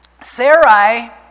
Sarai